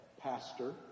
Pastor